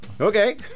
Okay